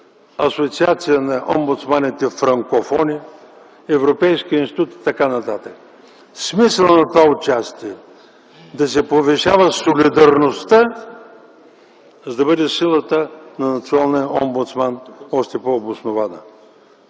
Асоциация на омбудсманите – франкофони, Европейския институт и т.н. Смисълът на това участие е да се повишава солидарността, за да бъде силата на националния омбудсман още по-обоснована.